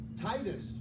Titus